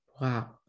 Wow